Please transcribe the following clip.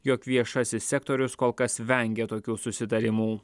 jog viešasis sektorius kol kas vengia tokių susitarimų